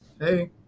Hey